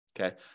Okay